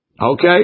okay